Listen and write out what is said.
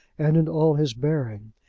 and in all his bearing.